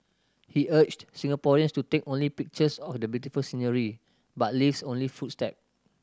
he urged Singaporeans to take only pictures of the beautiful scenery but leaves only footstep